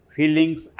feelings